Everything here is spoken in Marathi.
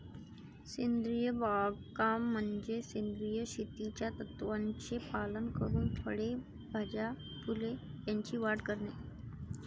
सेंद्रिय बागकाम म्हणजे सेंद्रिय शेतीच्या तत्त्वांचे पालन करून फळे, भाज्या, फुले यांची वाढ करणे